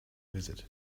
visit